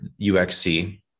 UXC